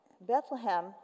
Bethlehem